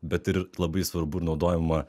bet ir labai svarbu ir naudojama